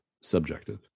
subjective